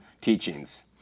teachings